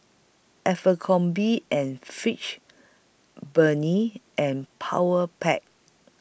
Abercrombie and Fitch Burnie and Powerpac